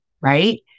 right